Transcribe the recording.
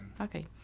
Okay